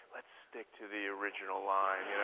let's stick to the original line. yeah